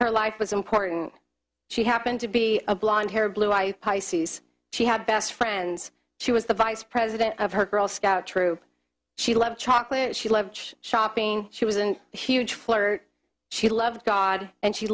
her life was important she happened to be a blond haired blue eyed pisces she had best friends she was the vice president of her girl scout troop she loved chocolate she loved shopping she was an huge flirt she loved god and she